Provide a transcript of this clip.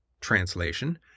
Translation